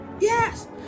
Yes